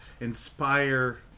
inspire